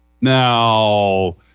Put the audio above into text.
Now